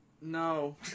No